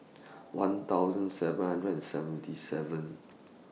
one thousand seven hundred and seventy seven